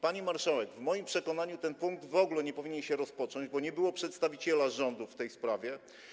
Pani marszałek, w moim przekonaniu ten punkt w ogóle nie powinien się rozpocząć, bo na sali nie było przedstawiciela rządu kompetentnego w tej sprawie.